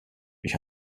ich